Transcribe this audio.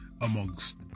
amongst